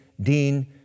Dean